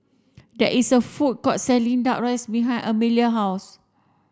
there is a food court selling duck rice behind Emilia house